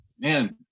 man